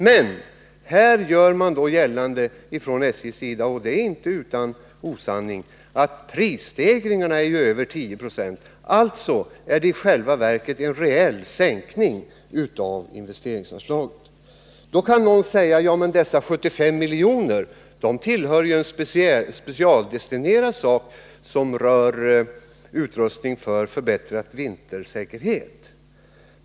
Men här görs gällande från SJ:s sida — och det är inte någon osanning i det — att prisstegringarna uppgår till mer än 10 96 och att det alltså i själva verket är fråga om en reell sänkning av investeringsanslaget. Då kan naturligtvis någon säga: Ja, men dessa 75 miljoner är ju specialdestinerade för utrustning för förbättrad vintersäkerhet.